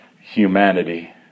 humanity